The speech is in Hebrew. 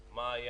מה היה?